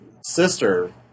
sister